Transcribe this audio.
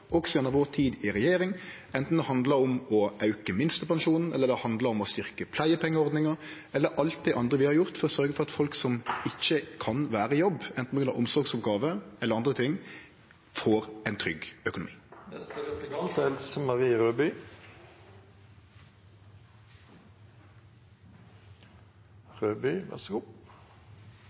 også gjennom vår tid i regjering, anten det handlar om å auke minstepensjonen eller det handlar om å styrkje pleiepengeordninga, eller alt det andre vi har gjort for å sørgje for at folk som ikkje kan vere i jobb, anten det gjeld omsorgsoppgåver eller andre ting, får ein trygg økonomi. Senterpartiet er opptatt av at folk skal ha god